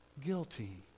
guilty